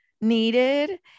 needed